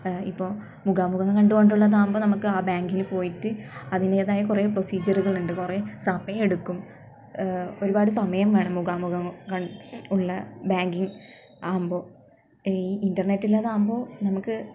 ഇപ്പോ മുഖാമുഖം കണ്ടുകൊണ്ടുള്ളതാവുമ്പോൾ നമുക്ക് ആ ബാങ്കിൽ പോയിട്ട് അതിൻ്റെതായ കുറേ പ്രോസിജിയറുകളുണ്ട് കുറേ സമയം എടുക്കും ഒരുപാട് സമയം വേണം മുഖാമുഖം കണ്ട് ഉള്ള ബാങ്കിങ്ങ് ആകുമ്പോൾ ഈ ഇൻ്റർനെറ്റ് ഇല്ലാതാകുമ്പോൾ നമുക്ക്